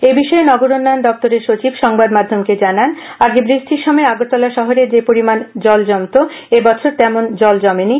এ বিষয়ে নগর উন্নয়ন দপ্তরের সচিব সংবাদ মাধ্যমকে জানান আগে বৃষ্টির সময়ে আগরতলা শহরে যে পরিমাণ জল জমতো এই বছর তেমন জল জমেনি